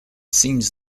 seems